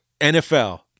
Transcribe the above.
NFL